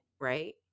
right